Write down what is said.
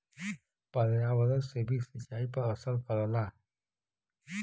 पर्यावरण से भी सिंचाई पर असर करला